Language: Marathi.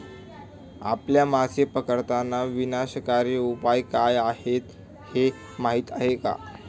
आपल्या मासे पकडताना विनाशकारी उपाय काय आहेत हे माहीत आहे का?